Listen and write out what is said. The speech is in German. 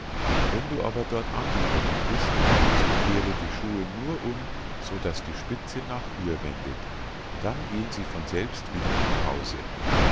wenn du aber dort angekommen bist so kehre die schuhe nur um so daß die spitze nach hier wendet dann gehn sie von selbst wieder nach hause